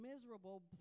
miserable